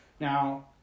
Now